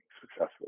successfully